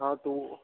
हाँ तो